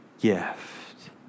gift